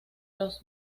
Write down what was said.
los